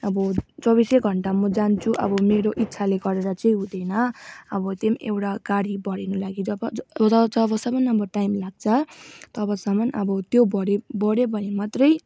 अब चौबिसै घन्टा म जान्छु अब मेरो इच्छाले गरेर चाहिँ हुँदैन अब त्यो पनि एउटा गाडी भरिनु लागि जब ज जबसम्म अब टाइम लाग्छ तबसम्म अब त्यो भरियो भरियो भने मात्रै